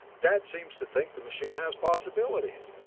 dad seems to think the machine has possibilities!